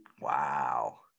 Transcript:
Wow